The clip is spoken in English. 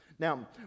Now